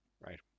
right